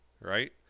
right